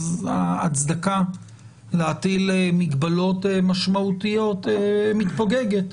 ההצדקה להטיל מגבלות משמעותיות מתפוגגת.